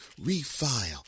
refile